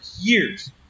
years